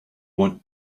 want